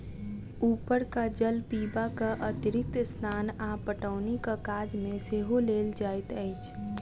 उपरका जल पीबाक अतिरिक्त स्नान आ पटौनीक काज मे सेहो लेल जाइत अछि